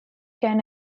can